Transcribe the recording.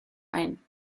ein